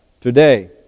today